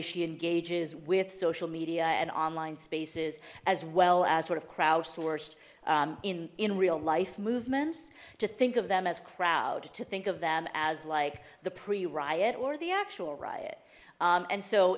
she engages with social media and online spaces as well as sort of crowd sourced in in real life movements to think of them as crowd to think of them as like the pre riot or the actual riot and so